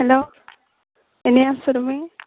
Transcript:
hello এনেই আছো তুমি